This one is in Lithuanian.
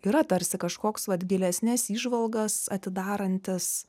yra tarsi kažkoks vat gilesnes įžvalgas atidarantis